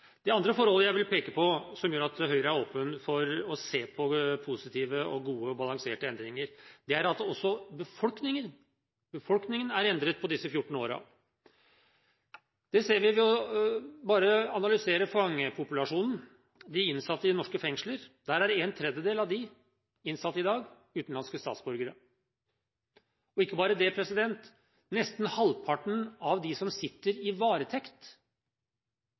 Det andre forholdet jeg vil peke på som gjør at vi i Høyre er åpne for å se på positive, gode og balanserte endringer, er at også befolkningen er endret på disse 14 årene. Det ser vi ved bare å analysere fangepopulasjonen, de innsatte i norske fengsler. En tredjedel av innsatte i dag er utenlandske statsborgere, og – ikke bare det – nesten halvparten av dem som sitter i varetekt,